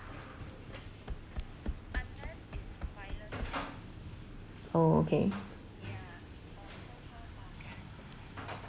oh okay